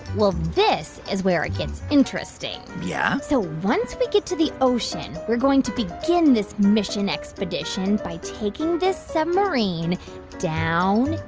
well, this is where it gets interesting yeah? so once we get to the ocean, we're going to begin this mission expedition by taking this submarine down,